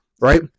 right